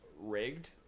rigged